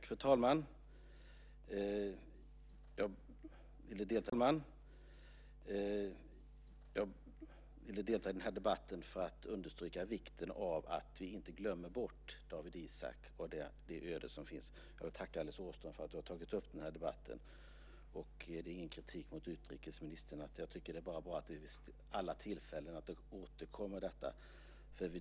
Fru talman! Jag vill delta i debatten för att understryka vikten av att vi inte glömmer bort Dawit Isaak och hans öde. Jag vill tacka Alice Åström för att hon har tagit upp den här debatten. Jag har ingen kritik mot utrikesministern - jag tycker bara att alla tillfällen där detta återkommer är bra.